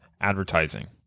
advertising